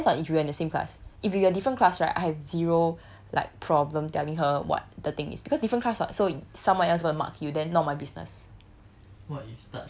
like okay it depends on if you're in the same class if you are different class right I have zero like problem telling her what the thing is because different class [what] so someone else gonna mark you then not my business